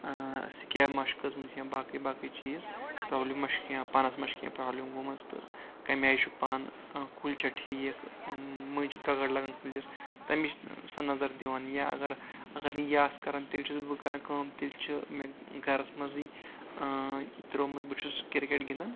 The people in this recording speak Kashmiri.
سکیب ما چھِ کھٔژمٕژ یا باقٕے باقٕے چیٖز پرابلِم ما چھِ کینٛہہ پنس ما چھِ کینٛہہ پرابلِم یِمو منٛز تہٕ کمہِ آیہِ چھُ پن کُلۍ چھا ٹھیٖک مٔنٛزۍ چھِ گگر لگان کُلس تمِچ سۄ نظر دِوان یا اگر اگر نہٕ یہِ آسہٕ کران تیٚلہِ چھُس بہٕ کران کٲم تیٚلہِ چھُ مےٚ گرس منٛزٕے ترومُت بہٕ چھُس کرکٹ گندان